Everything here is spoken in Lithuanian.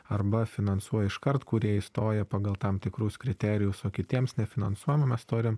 arba finansuoja iškart kurie įstoja pagal tam tikrus kriterijus o kitiems nefinansuojama mes torim